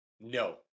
No